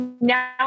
now